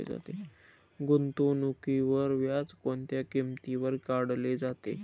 गुंतवणुकीवरील व्याज कोणत्या किमतीवर काढले जाते?